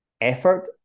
effort